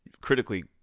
critically